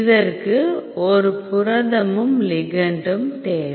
இதற்கு ஒரு புரதமும் லிகெண்டும் தேவை